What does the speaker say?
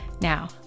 Now